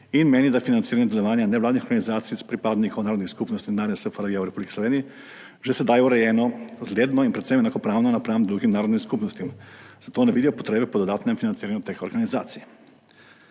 in meni, da je financiranje delovanja nevladnih organizacij pripadnikov narodnih skupnosti nekdanje SFRJ v Republiki Sloveniji že sedaj urejeno zgledno in predvsem enakopravno nasproti drugim narodnim skupnostim, zato ne vidijo potrebe po dodatnem financiranju teh organizacij.